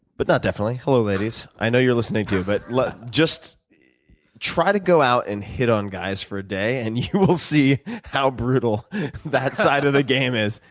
but not definitely. hello, ladies. i know you're listening, too, but just try to go out and hit on guys for a day, and you will see how brutal that side of the game is.